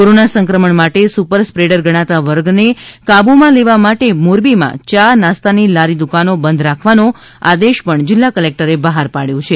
corona સંક્રમણ માટે super spreader ગણાતા વર્ગને કાબૂમાં લેવા માટે મોરબીમાં યા નાસ્તાની લારી દુકાનો બંધ રાખવાનો આદેશ જિલ્લા કલેકટરે બહાર પાડ્યો છે